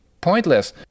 pointless